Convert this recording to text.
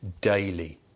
daily